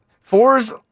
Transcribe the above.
fours